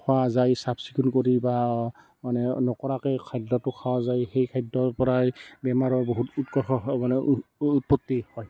খোৱা যায় চাফ চিকুণ কৰি বা মানে নকৰাকৈ খাদ্যটো খোৱা যায় সেই খাদ্যৰ পৰাই বেমাৰৰ বহুত উৎকৰ্ষ হয় মানে উৎপত্তি হয়